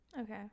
okay